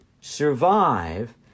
survive